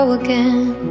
again